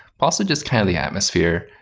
possibly just kind of the atmosphere.